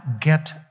get